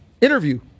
interview